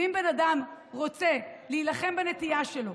ואם בן אדם רוצה להילחם בנטייה שלו